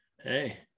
Hey